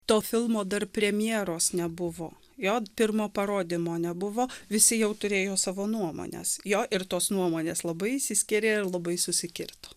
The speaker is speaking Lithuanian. to filmo dar premjeros nebuvo jo pirmo parodymo nebuvo visi jau turėjo savo nuomones jo ir tos nuomonės labai išsiskyrė labai susikirto